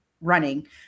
running